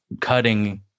cutting